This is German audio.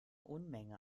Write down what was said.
unmenge